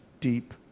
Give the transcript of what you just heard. deep